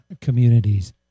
communities